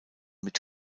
mit